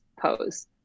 pose